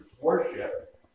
worship